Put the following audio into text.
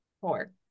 four